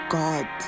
god